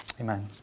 Amen